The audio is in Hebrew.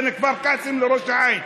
בין כפר קאסם לראש העין.